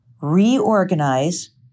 reorganize